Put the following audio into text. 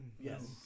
Yes